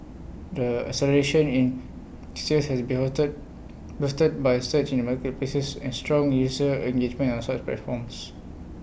the acceleration in sales has boosted by surge in marketplaces and strong user engagement on such platforms